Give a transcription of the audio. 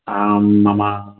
आं मम